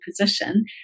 position